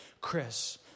Chris